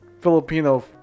Filipino